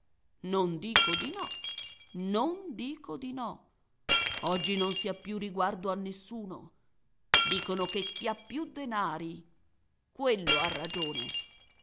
non dico di no non dico di no oggi non si ha più riguardo a nessuno dicono che chi ha più denari quello ha ragione